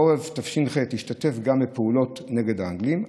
בחורף תש"ח השתתף גם בפעולות נגד האנגלים,